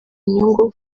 inyungu